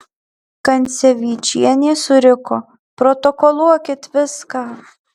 kancevyčienė suriko protokoluokit viską